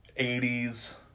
80s